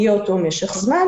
יהיה אותו משך זמן,